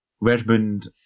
Redmond